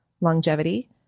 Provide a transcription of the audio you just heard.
longevity